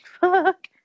fuck